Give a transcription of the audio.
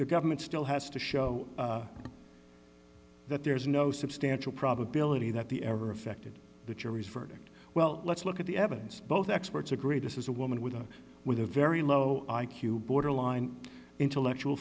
the government still has to show that there is no substantial probability that the ever affected the jury's verdict well let's look at the evidence both experts agree this is a woman with a with a very low i q borderline intellectual